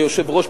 כיושב-ראש,